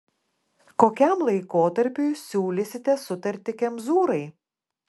kokiam laikotarpiui siūlysite sutartį kemzūrai